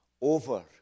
over